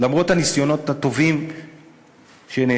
למרות הניסיונות הטובים שנעשו.